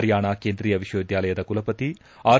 ಪರಿಯಾಣ ಕೇಂದ್ರೀಯ ವಿಶ್ವ ವಿದ್ಯಾಲಯದ ಕುಲಪಕಿ ಆರ್